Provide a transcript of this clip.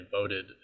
voted